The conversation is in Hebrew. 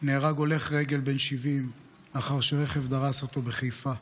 נהרג הולך רגל בן 70 לאחר שרכב דרס אותו בחיפה.